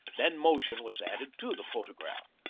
then motion was added to the photograph.